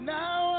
now